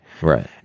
Right